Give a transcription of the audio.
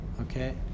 okay